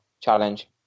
challenge